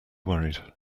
worried